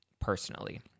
personally